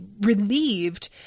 relieved